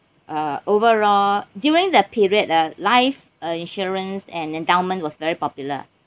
uh overall during that period ah life uh insurance and endowment was very popular